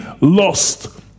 lost